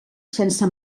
sense